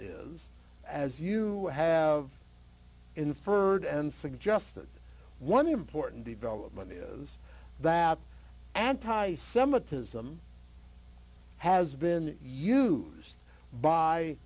is as you have inferred and suggested one important development is that anti semitism has been used by